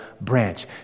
branch